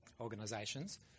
organisations